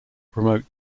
promote